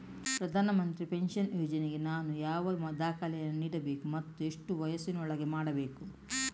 ಪ್ರಧಾನ ಮಂತ್ರಿ ಪೆನ್ಷನ್ ಯೋಜನೆಗೆ ನಾನು ಯಾವ ದಾಖಲೆಯನ್ನು ನೀಡಬೇಕು ಮತ್ತು ಎಷ್ಟು ವಯಸ್ಸಿನೊಳಗೆ ಮಾಡಬೇಕು?